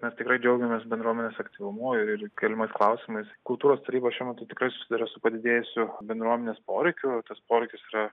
mes tikrai džiaugiamės bendruomenės aktyvumu ir ir keliamais klausimais kultūros taryba šiuo metu tikrai susiduria su padidėjusiu bendruomenės poreikiu tas poreikis yra